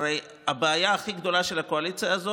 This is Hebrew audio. הרי הבעיה הכי גדולה של הקואליציה הזו